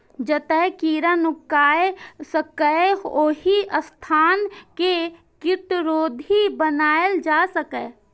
जतय कीड़ा नुकाय सकैए, ओहि स्थान कें कीटरोधी बनाएल जा सकैए